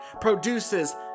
produces